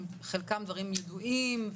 חלקם דברים ידועים,